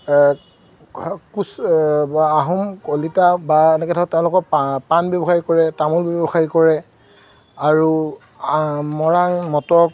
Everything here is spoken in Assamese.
কোচ বা আহোম কলিতা বা এনেকৈ ধৰক তেওঁলোকৰ পা পাণ ব্যৱসায় কৰে তামোল ব্যৱসায় কৰে আৰু মৰাং মটক